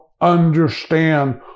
understand